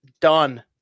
done